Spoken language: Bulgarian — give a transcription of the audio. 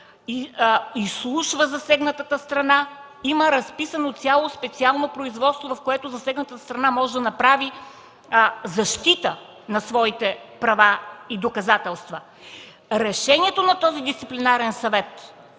изслушва засегнатата страна. Има разписано цяло специално производство, в което засегната страна може да направи защита на своите права и доказателства. Решението на този Дисциплинарен съвет